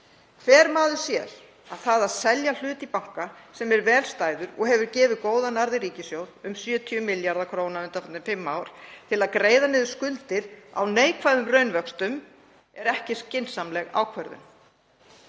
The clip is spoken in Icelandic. Hver maður sér að það að selja hlut í banka sem er vel stæður og hefur gefið góðan arð í ríkissjóð, um 70 milljarða kr. á undanförnum fimm árum, til að greiða niður skuldir á neikvæðum raunvöxtum, er ekki skynsamleg ákvörðun,